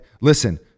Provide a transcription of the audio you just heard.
listen